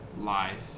life